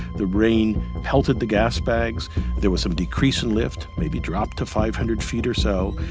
the rain pelted the gasbags. there was some decrease in lift, maybe dropped to five hundred feet or so.